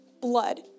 blood